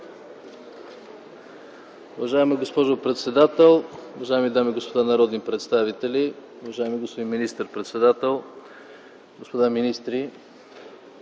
Уважаема госпожо председател, уважаеми дами и господа народни представители, уважаеми господин министър-председател, господа министри!